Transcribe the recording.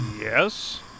yes